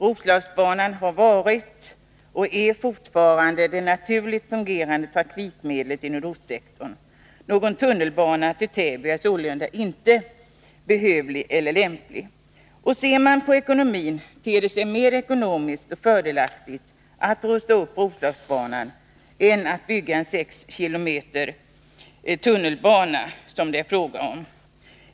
Roslagsbanan har varit och är fortfarande det naturligt fungerande trafikmedlet i nordostsektorn. Någon tunnelbana till Täby är sålunda inte behövlig eller lämplig. Ser man på ekonomin finner man att det ter sig mer ekonomiskt fördelaktigt att rusta upp Roslagsbanan än att bygga en 6 km lång tunnelbana, vilket det är fråga om.